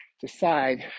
decide